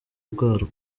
bwarwo